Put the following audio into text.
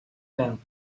down